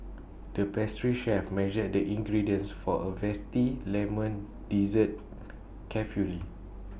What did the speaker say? the pastry chef measured the ingredients for A vesty Lemon Dessert carefully